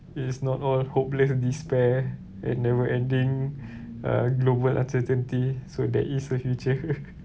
it is not all hopeless despair and never ending uh global uncertainty so there is a future